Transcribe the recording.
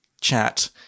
chat